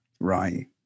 right